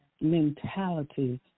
mentality